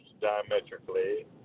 diametrically